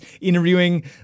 interviewing